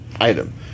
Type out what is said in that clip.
Item